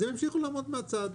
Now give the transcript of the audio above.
אז הם ימשיכו לעמוד מהצד.